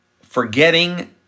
forgetting